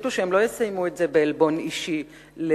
שהחליטו שהם לא יסיימו את הפרשה בעלבון אישי למוטי,